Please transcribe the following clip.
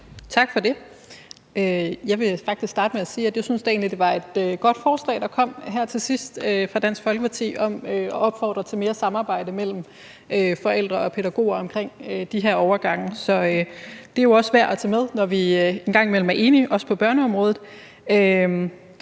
Tak for det. Jeg vil faktisk starte med at sige, at jeg da synes, det var et godt forslag, der kom her til sidst fra Dansk Folkeparti, om at opfordre til mere samarbejde mellem forældre og pædagoger om de her overgange, og det er jo også værd at tage med, når vi en gang imellem er enige, også på børneområdet.